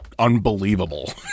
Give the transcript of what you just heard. unbelievable